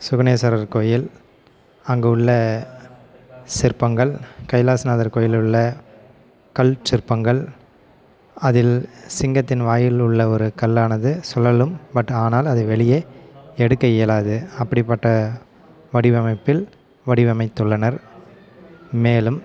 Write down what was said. சிவனேஸ்வரர் கோயில் அங்கே உள்ள சிற்பங்கள் கைலாசநாதர் கோயிலிலுள்ள கற்சிற்பங்கள் அதில் சிங்கத்தின் வாயில் உள்ள ஒரு கல்லானது சுழலும் பட் ஆனால் அது வெளியே எடுக்க இயலாது அப்படிப்பட்ட வடிவமைப்பில் வடிவமைத்துள்ளனர் மேலும்